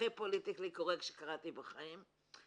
הכי פוליטיקלי קורקט שקראתי בחיים.